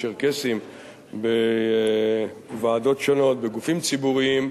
צ'רקסים בוועדות שונות בגופים ציבוריים,